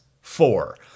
four